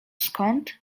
skąd